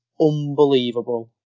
unbelievable